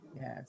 Yes